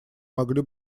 могли